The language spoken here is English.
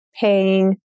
paying